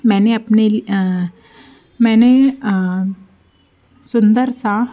मैंने अपने ली मैंने सुंदर सा